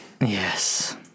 Yes